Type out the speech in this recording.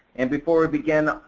and before we begin,